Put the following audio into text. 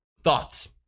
Thoughts